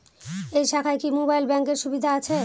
এই শাখায় কি মোবাইল ব্যাঙ্কের সুবিধা আছে?